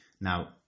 now